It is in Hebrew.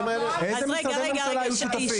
איזה משרדי ממשלה היו שותפים?